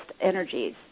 energies